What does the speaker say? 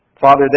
Father